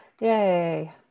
yay